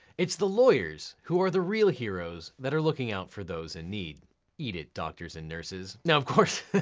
it's the lawyers who are the real heroes that are looking out for those in need eat it, doctors and nurses. now, of course,